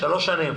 שלוש שנים.